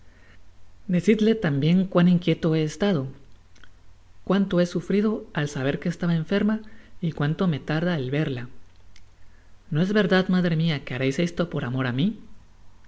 decidla tambien cuan inquieto he estado cuanto he sufrido al saber que estaba enferma y cuanto me tarda el verla no es verdad madre mia que haréis esto por amor á mi